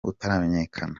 utaramenyekana